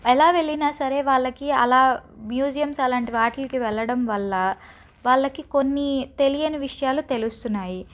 ఎలా వెళ్ళినా సరే వాళ్ళకి అలా మ్యూజియమ్స్ అలాంటి వాటిలకి వెళ్ళడం వల్ల వాళ్ళకి కొన్ని తెలియని విషయాలు తెలుస్తున్నాయి